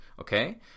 Okay